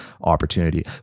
opportunity